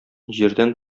җирдән